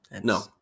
No